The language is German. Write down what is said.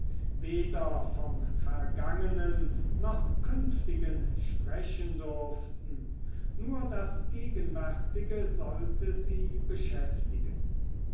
weder vom vergangenen noch künftigen sprechen durften nur das gegenwärtige sollte sie beschäftigen